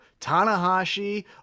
tanahashi